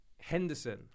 Henderson